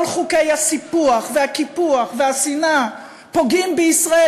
כל חוקי הסיפוח והקיפוח והשנאה פוגעים בישראל